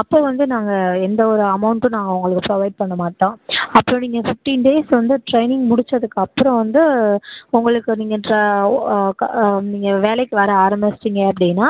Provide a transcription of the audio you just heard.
அப்போ வந்து நாங்கள் எந்த ஒரு அமௌண்ட்டும் நாங்கள் உங்களுக்கு ப்ரொவைட் பண்ண மாட்டோம் அப்புறம் நீங்கள் ஃபிஃப்டீன் டேஸ் வந்து ட்ரெயினிங் முடித்ததுக்கப்பறம் வந்து உங்களுக்கு நீங்கள் நீங்கள் வேலைக்கு வர ஆரம்பிச்சிட்டிங்க அப்படின்னா